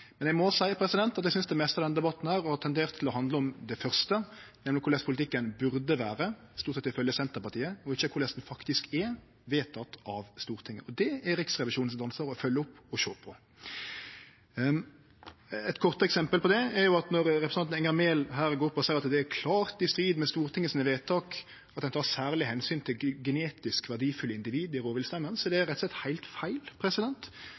Men debatten om korleis politikken faktisk er – vedteken av Stortinget, og om regjeringa følgjer opp – er opplagt ansvaret til kontroll- og konstitusjonskomiteen. Eg må seie at eg synest det meste av denne debatten har tendert til å handle om det første, nemleg korleis politikken burde vere – stort sett ifølgje Senterpartiet – og ikkje korleis han er, vedteken av Stortinget. Og det er det Riksrevisjonen sitt ansvar å følgje opp og sjå på. Eit kort eksempel på det er når representanten Enger Mehl seier at det er klart i strid med Stortinget sine vedtak at ein tek særlege omsyn til genetisk verdifulle individ i